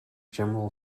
general